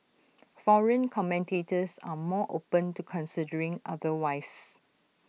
foreign commentators are more open to considering otherwise